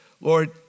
Lord